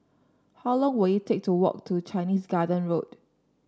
how long will it take to walk to Chinese Garden Road